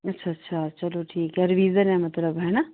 ਅੱਛਾ ਅੱਛਾ ਚਲੋ ਠੀਕ ਹੈ ਰਵੀਜ਼ਨ ਹੈ ਮਤਲਬ ਹੈ ਨਾ